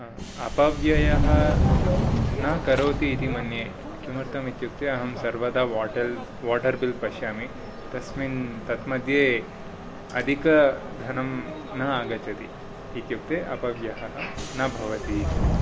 अपव्ययः न करोति इति मन्ये किमर्थम् इत्युक्ते अहं सर्वदा वाटर् बिल् पश्यामि तस्मिन् तन्मध्ये अधिकधनं न आगच्छति इत्युक्ते अपव्ययः न भवति इति